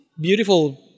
beautiful